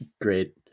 great